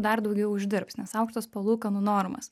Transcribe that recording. dar daugiau uždirbs nes aukštos palūkanų normos